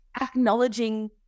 acknowledging